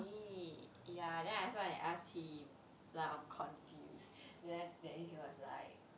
eh ya then so I asked him like I'm confused then then he was like